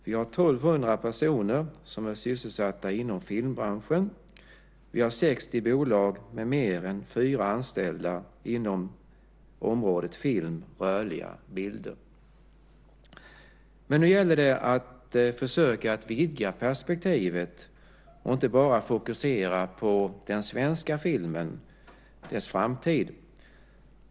Vi har 1 200 personer som är sysselsatta inom filmbranschen och 60 bolag med mer än fyra anställda inom området film och rörliga bilder. Nu gäller det dock att försöka vidga perspektivet och inte bara fokusera på den svenska filmens framtid.